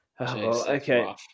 Okay